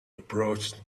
approached